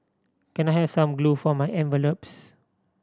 can I have some glue for my envelopes